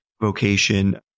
vocation